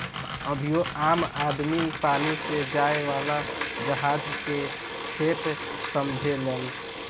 अबहियो आम आदमी पानी से जाए वाला जहाज के खेप समझेलेन